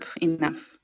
enough